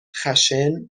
خشن